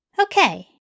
Okay